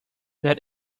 that